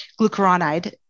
glucuronide